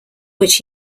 which